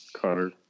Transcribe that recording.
Cutter